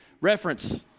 reference